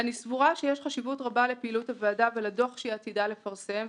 אני סבורה שיש חשיבות רבה לפעילות הוועדה ולדוח שהיא עתידה לפרסם.